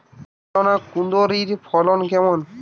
China কুঁদরীর ফলন কেমন?